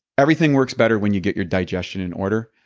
everything works better when you get your digestion in order.